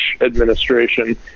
administration